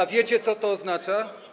A wiecie, co to oznacza?